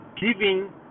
giving